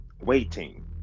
waiting